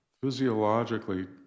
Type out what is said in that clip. physiologically